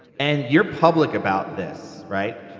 and you're public about this, right?